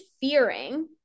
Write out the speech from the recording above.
fearing